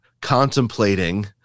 contemplating